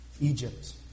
Egypt